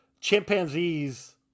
chimpanzees